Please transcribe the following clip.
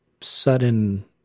sudden